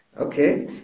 Okay